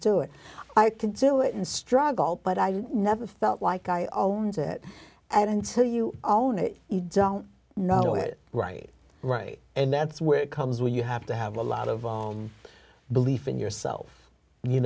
do it i can do it and struggle but i never felt like i owned it and until you own it you don't know it right right and that's where it comes when you have to have a lot of on belief in yourself you